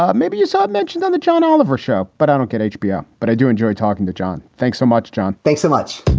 ah maybe you saw it mentioned on the john oliver show, but i don't get hbo. but i do enjoy talking to john. thanks so much, john thanks so much